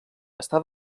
està